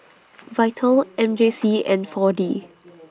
Vital M J C and four D